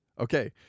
Okay